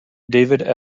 david